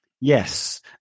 Yes